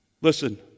Listen